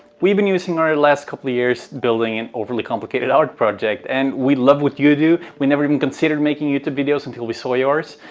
we've been using our last couple of years building an overly complicated art project. and we'd loved what you do. we never even considered making youtube videos until we saw yours.